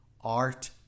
art